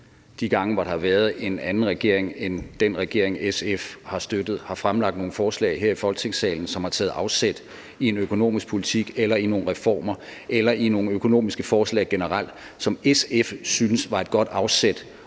de gange, hvor der har været en anden regering end den regering, SF har støttet – har fremsat nogle forslag her i Folketingssalen, som har taget afsæt i en økonomisk politik eller i nogle reformer eller i nogle økonomiske forslag generelt, som SF syntes var et godt afsæt